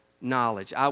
knowledge